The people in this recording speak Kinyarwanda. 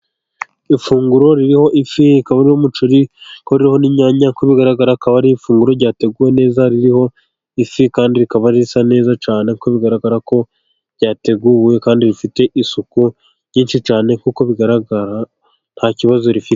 Ifunguro ririho ifi, rikaba ririho umuceri, rikaba ririho n' inyanya, uko bigaragara akaba ari ifunguro ryateguwe neza ririho ifi, kandi rikaba risa neza cyane, kuko bigaragara ko ryateguwe, kandi rifite isuku nyinshi cyane, kuko bigaragara nta kibazo rifite.